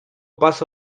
paso